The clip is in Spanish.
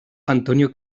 antonio